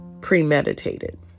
premeditated